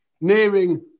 Nearing